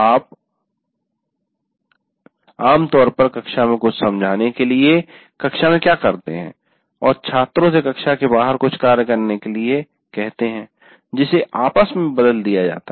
आप आमतौर पर कक्षा में कुछ समझाने के लिए कक्षा में क्या करते हैं और छात्रों से कक्षा के बाहर कुछ कार्य करने के लिए कहते हैं जिसे आपस में बदल दिया जाता है